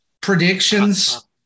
predictions